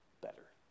better